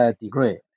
degree